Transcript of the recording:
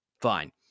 Fine